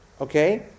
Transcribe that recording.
Okay